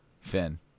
Finn